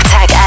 Tech